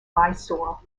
mysore